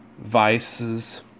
vices